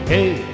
Hey